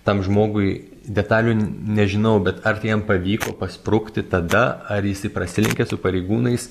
tam žmogui detalių nežinau bet ar tai jam pavyko pasprukti tada ar jisai prasilenkė su pareigūnais